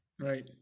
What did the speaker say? Right